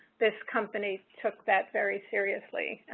this company took that very seriously,